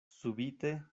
subite